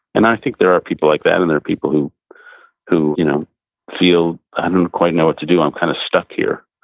and i think there are people like that and there are people who who you know feel, i don't quite know what to do. i'm kind of stuck here.